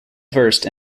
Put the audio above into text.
versed